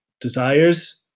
desires